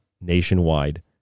nationwide